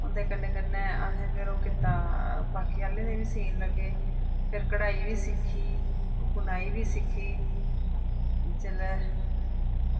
उं'दे कन्नै कन्नै असें फिर ओह् कीता बाकी आह्लें दे बी सीन लगे फिर कढाई बी सिक्खी बुनाई बी सिक्खी जेल्लै